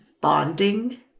Bonding